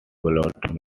blood